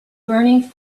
burning